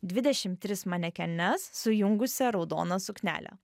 dvidešim tris manekenes sujungusią raudoną suknelę